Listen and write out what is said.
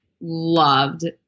loved